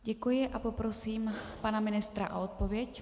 Děkuji a poprosím pana ministra o odpověď.